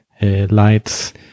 lights